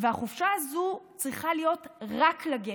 והחופשה הזו צריכה להיות רק לגבר,